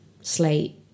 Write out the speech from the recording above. slate